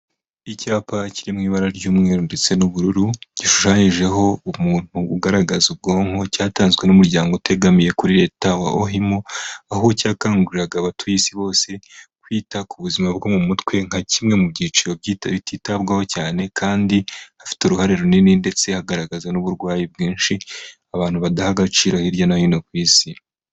Icyapa kiri mu ibara ry'umweru ndetse n'ubururu, gishushanyijeho umuntu ugaragaza ubwonko, cyatanzwe n'umuryango utegamiye kuri leta wa Ohimo, aho cyakanguriraraga abatuye isi bose, kwita ku buzima bwo mu mutwe, nka kimwe mu byiciro bititabwaho cyane kandi hafite uruhare runini ndetse hagaragaza n'uburwayi bwinshi, abantu badaha agaciro hirya no hino ku isi.